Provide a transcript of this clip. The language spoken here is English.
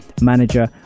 manager